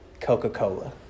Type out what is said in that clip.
Coca-Cola